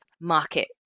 market